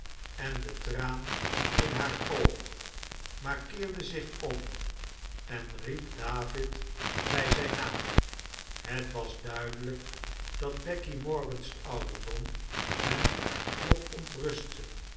en den traan in haar oog maar keerde zich om en riep david bij zijn naam het was duidehjk dat becky morgan's ouderdom hem nog